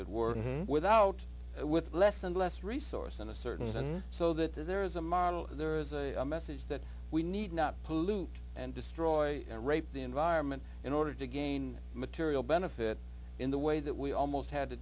it were without with less and less resources and a certain so that there is a model there is a message that we need not pollute and destroy the environment in order to gain material benefit in the way that we almost had to